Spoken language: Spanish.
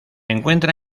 encuentra